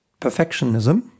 Perfectionism